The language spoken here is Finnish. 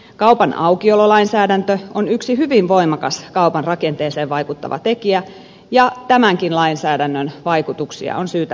kaupan aukiololainsäädäntö on yksi hyvin voimakas kaupan rakenteeseen vaikuttava tekijä ja tämänkin lainsäädännön vaikutuksia on syytä selvittää